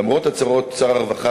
למרות הצהרות שר הרווחה,